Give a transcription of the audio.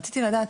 רציתי לדעת,